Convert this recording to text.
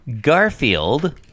Garfield